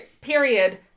period